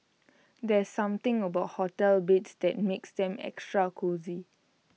there's something about hotel beds that makes them extra cosy